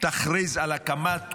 תכריז על הקמת תקומה,